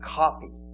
copy